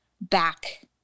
back